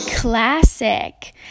classic